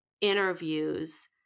interviews